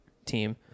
team